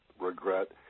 regret